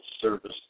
service